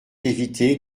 d’éviter